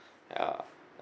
ya